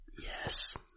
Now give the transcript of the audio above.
yes